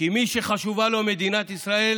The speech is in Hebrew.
כי מי שחשובה לו מדינת ישראל